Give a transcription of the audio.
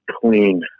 clean